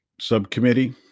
subcommittee